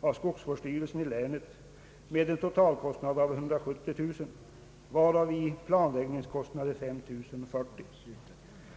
av skogsvårdsstyrelsen i länet med en totalkostnad på 170 000 kronor, varav i planläggningskostnader 5 040 kronor.